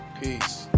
peace